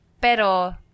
Pero